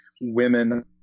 women